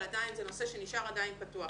אבל זה עדיין נושא שנשאר פתוח.